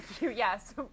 yes